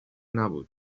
نبود